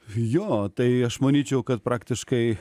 jo tai aš manyčiau kad praktiškai